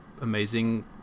amazing